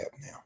now